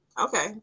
Okay